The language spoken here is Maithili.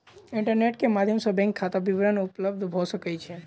इंटरनेट के माध्यम सॅ बैंक खाता विवरण उपलब्ध भ सकै छै